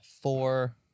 four